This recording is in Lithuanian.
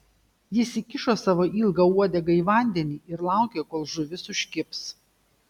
jis įkišo savo ilgą uodegą į vandenį ir laukė kol žuvis užkibs